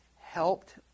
helped